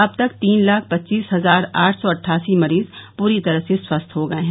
अब तक तीन लाख पच्चीस हजार आठ सौ अट्ठासी मरीज पूरी तरह से स्वस्थ हो गये हैं